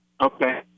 Okay